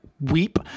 weep